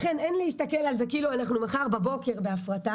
לכן אין להסתכל על זה כאילו אנחנו מחר בבוקר בהפרטה,